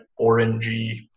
orangey